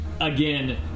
again